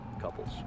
Couples